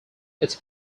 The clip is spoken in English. its